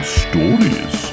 stories